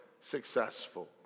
successful